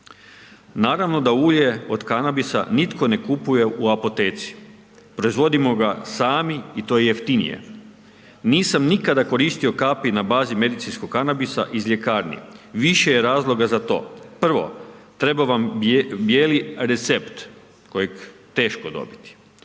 Naravno da ulje od kanabisa, nitko ne kupuje u apoteci, proizvodimo ga sami i to je jeftinije. Nisam nikada koristio kapi na bazi medicinskog kanabisa iz ljekarni. Više je razloga za to, prvo treba vam bijeli recept, kojeg je teško dobiti,